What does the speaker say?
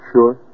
Sure